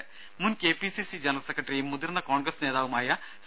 ദേദ മുൻ KPCC general സെക്രട്ടറിയും മുതിർന്ന കോൺഗ്രസ് നേതാവുമായ സി